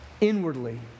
inwardly